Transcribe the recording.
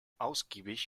ausgiebig